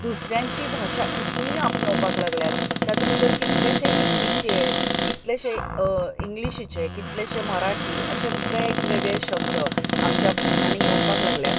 दुसऱ्यांची भाशा इतली आपणावपाक लागल्यांत तातूंत भितर कितलेशे हिंदीचे कितलेशे इंग्लिशीचे कितलेशे मराठी अशे वेग वेगळे शब्द आमच्या भाशांनी येवपाक लागल्यात